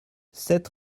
sept